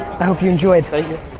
i hope you enjoyed. thank you.